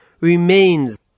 remains